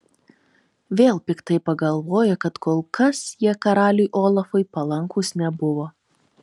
vėl piktai pagalvojo kad kol kas jie karaliui olafui palankūs nebuvo